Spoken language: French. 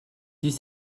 dix